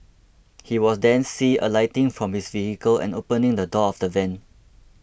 he was then see alighting from his vehicle and opening the door of the van